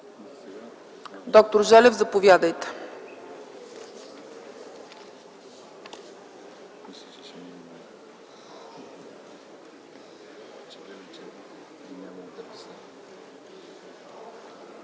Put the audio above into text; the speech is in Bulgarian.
Доктор Желев, заповядайте.